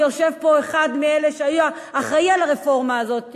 ויושב פה אחד מאלה שהיה אחראי לרפורמה הזאת,